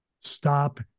stop